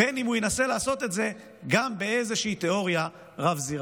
אם הוא ינסה לעשות את זה גם באיזושהי תאוריה רב-זירתית.